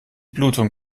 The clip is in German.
blutung